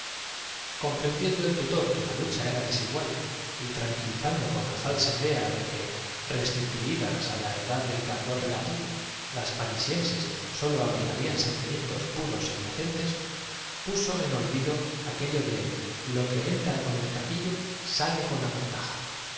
comprendiendo el tutor que la lucha era desigual y dulfo y empezaron á darle tranquilizado con la falsa idea de que restituidas á la múltiples pruebas edad del candor relativo las parisienses sólo abriga de su gratitud rían sentimientos puros é inocentes puso en olvido los dos sabios no habían vuelto aún del estupor que aquello de lo que entra con el capillo sale con la